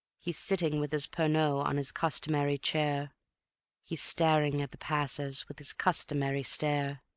he's sitting with his pernod on his customary chair he's staring at the passers with his customary stare.